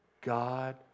God